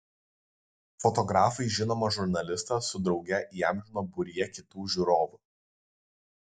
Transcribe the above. fotografai žinomą žurnalistą su drauge įamžino būryje kitų žiūrovų